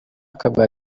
akaguha